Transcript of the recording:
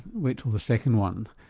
wait till the second one'.